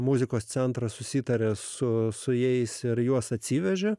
muzikos centro susitaria su su jais ir juos atsiveža